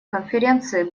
конференции